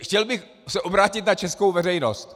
Chtěl bych se obrátit na českou veřejnost.